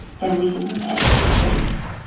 then we can compare the two groups.